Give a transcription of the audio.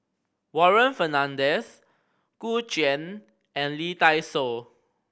Warren Fernandez Gu Juan and Lee Dai Soh